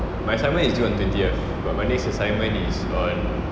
my assignment is due on twentieth but my next assignment is on